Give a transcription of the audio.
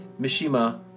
Mishima